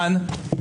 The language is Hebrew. אני,